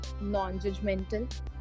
non-judgmental